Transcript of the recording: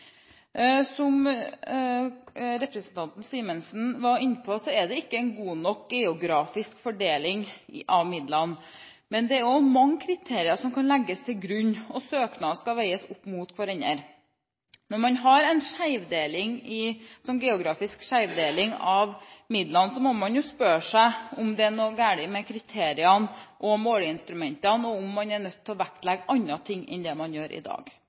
Som representanten Kåre Simensen var inne på, er det ikke en god nok geografisk fordeling av midlene. Men det er mange kriterier som kan legges til grunn, og søknader skal veies opp mot hverandre. Når man har en geografisk skjevfordeling av midlene, må man spørre seg om det er noe galt med kriteriene og måleinstrumentene, og om man er nødt til å vektlegge andre ting enn det man gjør i dag.